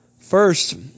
first